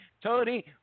Tony